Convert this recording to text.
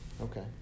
okay